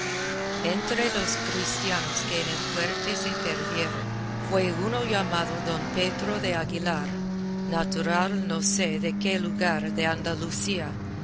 entre los cristianos que en el fuerte se perdieron fue uno llamado don pedro de aguilar natural no sé de qué lugar del andalucía